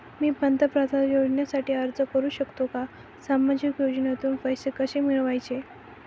मी पंतप्रधान योजनेसाठी अर्ज करु शकतो का? सामाजिक योजनेतून पैसे कसे मिळवायचे